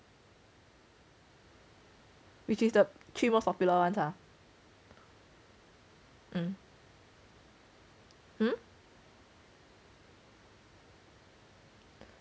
which is the three most popular [one] ah